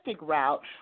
route